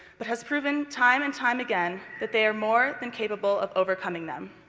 but has proven time and time again that they are more than capable of overcoming them.